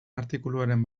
artikuluaren